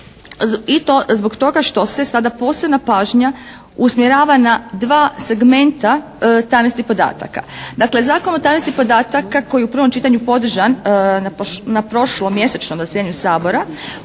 i to zbog toga što se sada posebna pažnja usmjerava na dva segmenta tajnosti podataka. Dakle, Zakon o tajnosti podataka koji je u prvom čitanju podržan na prošlomjesečnom zasjedanju Sabora